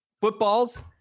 Footballs